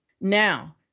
Now